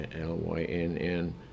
L-Y-N-N